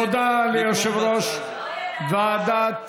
תודה ליושב-ראש ועדת